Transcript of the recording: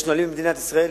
יש נהלים במדינת ישראל,